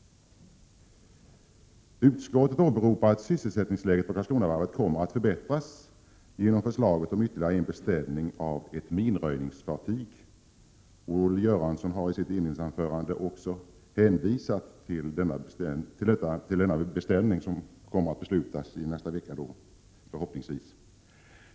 Utskottet åberopar att sysselsättningsläget på Karlskronavarvet kommer att förbättras genom förslaget om ytterligare en beställning av ett minröjningsfartyg. Olle Göransson har i sitt inledningsanförande också hänvisat till denna beställning, som förhoppningsvis kommer att beslutas i nästa vecka.